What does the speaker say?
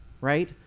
right